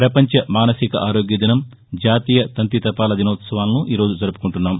వవంచ మానసిక ఆరోగ్యదినం జాతీయ తంతి తపాల దినోత్సవాలను ఈరోజు జరువుకుంటున్నాం